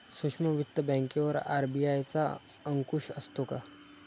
सूक्ष्म वित्त बँकेवर आर.बी.आय चा अंकुश असतो का?